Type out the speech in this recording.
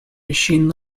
machine